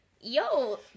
yo